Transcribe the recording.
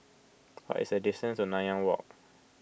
what is the distance to Nanyang Walk